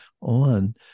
on